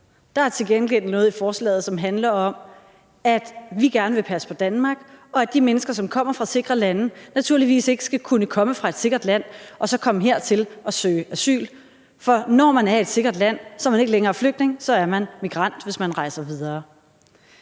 Der er til gengæld noget i forslaget, som handler om, at vi gerne vil passe på Danmark, og at de mennesker, som kommer fra sikre lande, naturligvis ikke skal kunne komme hertil fra et sikkert land og søge asyl. For når man er i et sikkert land, er man ikke længere flygtning, så er man migrant, hvis man rejser videre.